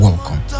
Welcome